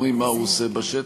אומרים מה הוא עושה בשטח.